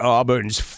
Auburn's